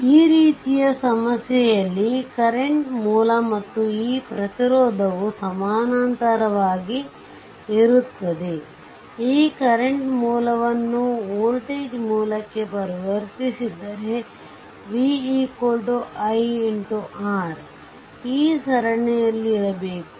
ಮತ್ತು ಈ ರೀತಿಯ ಸಮಸ್ಯೆ ಯಲ್ಲಿ ಕರೆಂಟ್ ಮೂಲ ಮತ್ತು ಈ ಪ್ರತಿರೋಧವು ಸಮಾನಾಂತರವಾಗಿ ಇರುತ್ತದೆ ಈ ಕರೆಂಟ್ ಮೂಲವನ್ನು ವೋಲ್ಟೇಜ್ ಮೂಲಕ್ಕೆ ಪರಿವರ್ತಿಸಿದರೆ ಈ v ixR ಈ R ಸರಣಿಯಲ್ಲಿರಬೇಕು